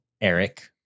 Eric